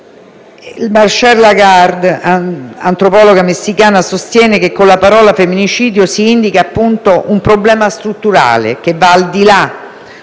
Marcela Lagarde, antropologa messicana, sostiene che con la parola «femminicidio» si indica un problema strutturale che va al di là